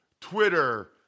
Twitter